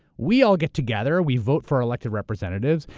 we all get together, we vote for elected representatives,